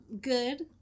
good